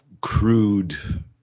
crude